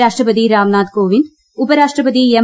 രാഷ്ട്രപതി രാംനാഥ് കോവിന്ദ് ഉപരാഷട്രപതി എം